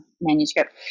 manuscript